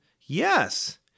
yes